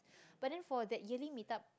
but then for that yearly meet up